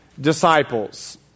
Disciples